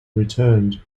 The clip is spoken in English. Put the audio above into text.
returned